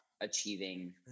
achieving